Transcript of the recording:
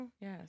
Yes